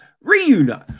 Reunite